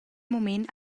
mument